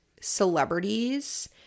celebrities